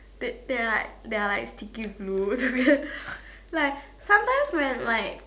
they they are like they are like sticky glue together like sometimes when like